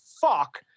fuck